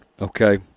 okay